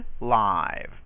live